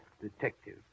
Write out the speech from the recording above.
detective